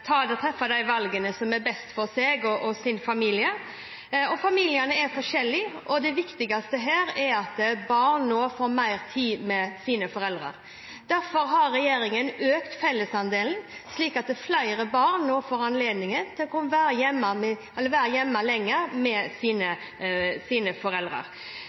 de valgene som er best for seg og sin familie. Familiene er forskjellige, og det viktigste her er at barn nå får mer tid med sine foreldre. Derfor har regjeringen økt fellesandelen, slik at flere barn nå får anledning til å være lenger hjemme med sine foreldre – i motsetning til den forrige regjeringen, som faktisk frarøvet barn rett til å være hjemme med foreldrene sine,